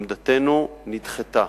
עמדתנו נדחתה.